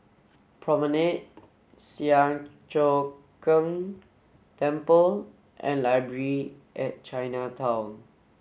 promenade Siang Cho Keong Temple and Library at Chinatown